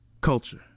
culture